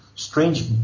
strange